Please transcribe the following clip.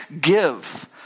give